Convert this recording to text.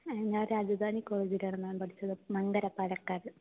ഞാൻ രാജധാനി കോളേജിലാണ് മാം പഠിച്ചത് മങ്കര പാലക്കാട്